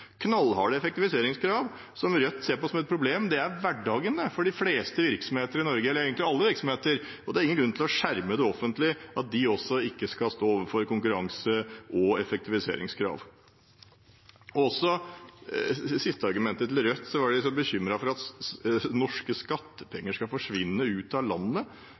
knallharde effektiviseringskrav, som Rødt ser på som et problem. Det er hverdagen for de fleste virksomheter i Norge – eller egentlig alle virksomheter – og det er ingen grunn til å skjerme det offentlige, at ikke også de skal stå overfor konkurranse og effektiviseringskrav. I det siste argumentet til Rødt var de bekymret for at norske skattepenger skal forsvinne ut av landet.